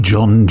John